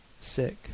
sick